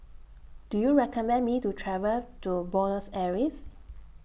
Do YOU recommend Me to travel to Buenos Aires